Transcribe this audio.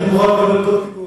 אני מקבל את התיקון,